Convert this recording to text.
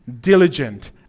diligent